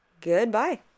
Goodbye